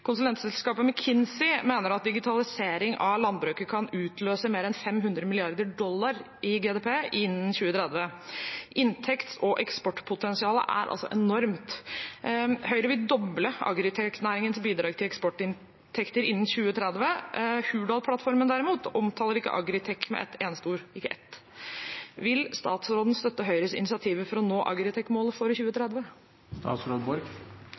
Konsulentselskapet McKinsey mener at digitalisering av landbruket kan utløse mer enn 500 milliarder dollar i GDP innen 2030. Inntekts- og eksportpotensialet er altså enormt. Høyre vil doble agritech-næringens bidrag til eksportinntekter innen 2030. Hurdalsplattformen, derimot, omtaler ikke agritech med et eneste ord – ikke ett. Vil statsråden støtte Høyres initiativer for å nå agritech-målet for